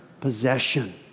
possession